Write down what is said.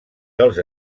dels